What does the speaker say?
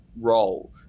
role